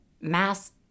mass